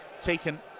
taken